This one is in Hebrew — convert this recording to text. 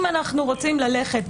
אם אנחנו רוצים ללכת,